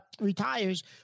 retires